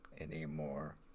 anymore